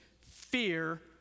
Fear